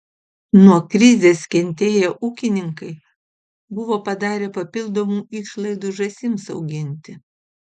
nuo krizės kentėję ūkininkai buvo padarę papildomų išlaidų žąsims auginti